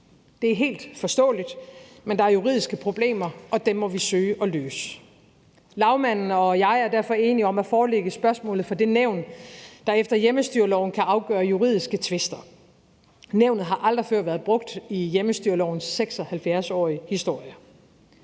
Det er helt forståeligt, men der er juridiske problemer, og dem må vi søge at løse. Lagmanden og jeg er derfor enige om at forelægge spørgsmålet for det nævn, der efter hjemmestyreloven kan afgøre juridiske tvister. Nævnet har aldrig før været brugt i hjemmestyrelovens 76-årige historie.